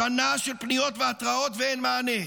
שנה של פניות והתראות, ואין מענה.